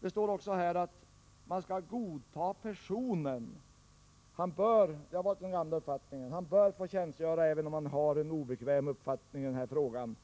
Det står också här att man skall godta personen. Den gamla uppfattningen har varit att en präst bör få tjänstgöra, även om han har en obekväm uppfattning i den här frågan.